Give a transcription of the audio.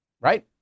right